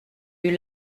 eue